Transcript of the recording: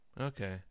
Okay